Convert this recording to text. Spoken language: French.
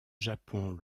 japon